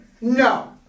No